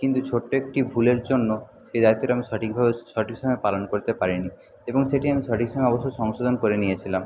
কিন্তু ছোট্ট একটি ভুলের জন্য সেই দায়িত্বটি আমি সঠিকভাবে সঠিক সময়ে পালন করতে পারি নি এবং সেটি আমি সঠিক সময়ে অবশ্য সংশোধন করে নিয়েছিলাম